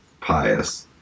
pious